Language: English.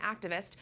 activist